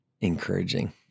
encouraging